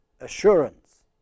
assurance